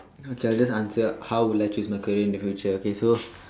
okay I just answer how would I choose my career in the future okay so